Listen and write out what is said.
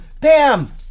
Bam